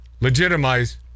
legitimize